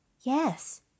Yes